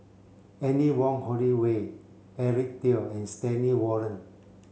Anne Wong Holloway Eric Teo and Stanley Warren